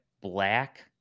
black